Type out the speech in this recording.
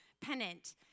pennant